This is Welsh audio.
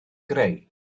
greu